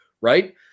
right